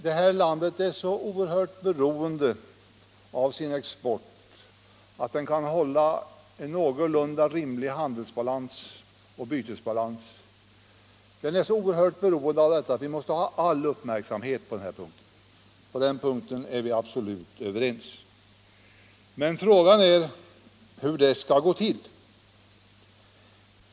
Det här landet är så oerhört beroende av sin export, av en någorlunda rimlig handelsbalans och bytesbalans, att vi måste ha all uppmärksamhet på den punkten. Därvidlag är vi absolut överens. Men frågan är hur det skall gå till.